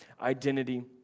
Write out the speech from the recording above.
identity